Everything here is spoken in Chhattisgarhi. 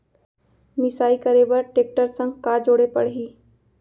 मिसाई करे बर टेकटर संग का जोड़े पड़ही?